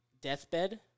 deathbed